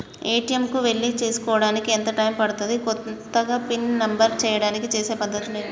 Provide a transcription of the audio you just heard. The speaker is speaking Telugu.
ఏ.టి.ఎమ్ కు వెళ్లి చేసుకోవడానికి ఎంత టైం పడుతది? కొత్తగా పిన్ నంబర్ చేయడానికి చేసే పద్ధతులు ఏవి?